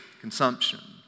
consumption